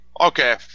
Okay